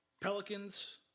Pelicans